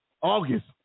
August